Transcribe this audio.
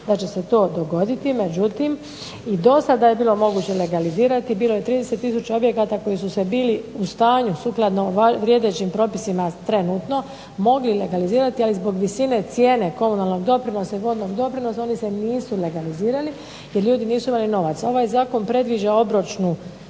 da će se to dogoditi. Međutim, i do sada je bilo moguće legalizirati. Bilo je 30 tisuća objekata koji su se bili u stanju sukladno vrijedećim propisima trenutno mogli legalizirati, ali zbog visine cijene komunalnog doprinosa i vodnog doprinosa oni se nisu legalizirali jer ljudi nisu imali novaca. Ovaj zakon predviđa obročnu